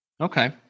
Okay